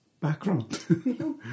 background